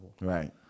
Right